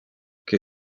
que